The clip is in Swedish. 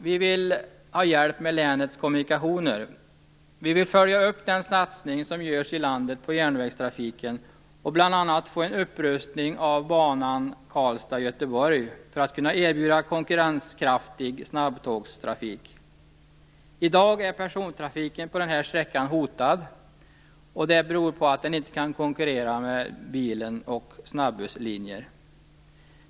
Vi vill ha hjälp med länets kommunikationer. Vi vill nämligen följa upp den satsning på järnvägstrafiken som görs i landet, bl.a. genom en upprustning av banan Karlstad-Göteborg för att kunna erbjuda konkurrenskraftig snabbtågstrafik. I dag är persontrafiken på den sträckan hotad. Det beror på att den inte kan konkurrera med bilen och snabbusslinjer.